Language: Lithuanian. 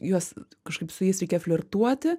juos kažkaip su jais reikia flirtuoti